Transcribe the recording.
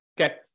Okay